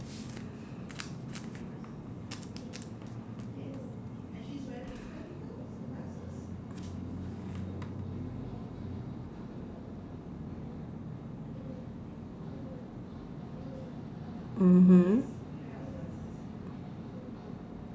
mmhmm